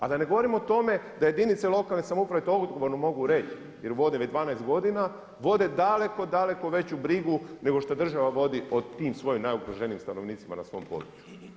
A da ne govorim o tome da jedinica lokalne samouprave to mogu odgovorno reći jer vodim već 12 godina vode daleko, daleko veću brigu nego što država vodi o tim svojim najugroženijim stanovnicima na svom području.